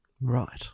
Right